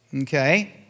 Okay